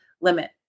limit